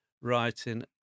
writing